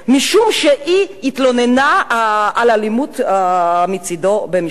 משום שהיא התלוננה על אלימות מצדו במשטרה.